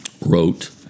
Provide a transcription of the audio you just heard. wrote